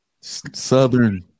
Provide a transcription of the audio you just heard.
Southern